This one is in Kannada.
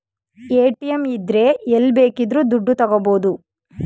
ಎ.ಟಿ.ಎಂ ಇದ್ರೆ ಎಲ್ಲ್ ಬೇಕಿದ್ರು ದುಡ್ಡ ತಕ್ಕಬೋದು